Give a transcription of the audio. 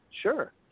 Sure